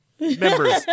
members